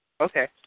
Okay